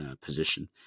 position